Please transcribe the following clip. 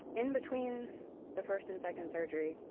in between the first and second surgery,